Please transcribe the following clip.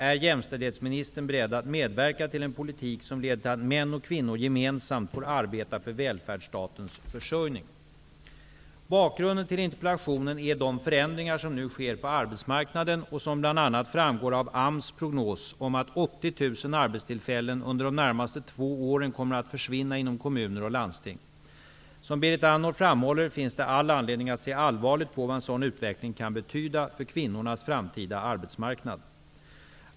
Är jämställdhetsministern beredd att medverka till en politik som leder till att män och kvinnor gemensamt får arbeta för välfärdsstatens försörjning? Bakgrunden till interpellationen är de förändringar som nu sker på arbetsmarknaden och som bl.a. arbetstillfällen under de närmaste två åren kommer att försvinna inom kommuner och landsting. Som Berit Andnor framhåller finns det all anledning att se allvarligt på vad en sådan utveckling kan betyda för kvinnornas framtida arbetsmarknad.